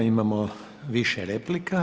Imamo više replika.